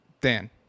dan